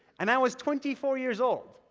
and i was twenty four years old.